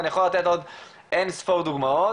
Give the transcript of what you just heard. אני יכול לתת עוד אינספור דוגמאות,